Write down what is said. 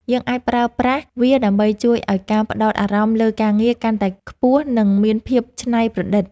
យើងអាចប្រើប្រាស់វាដើម្បីជួយឱ្យការផ្តោតអារម្មណ៍លើការងារកាន់តែខ្ពស់ និង មានភាពច្នៃប្រឌិត។